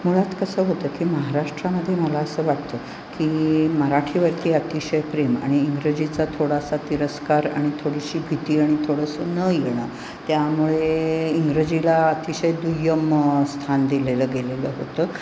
मुळात कसं होतं की महाराष्ट्रामध्ये मला असं वाटतं की मराठीवरती अतिशय प्रेम आणि इंग्रजीचा थोडासा तिरस्कार आणि थोडीशी भीती आणि थोडंसं न येणं त्यामुळे इंग्रजीला अतिशय दुय्यम स्थान दिलेलं गेलेलं होतं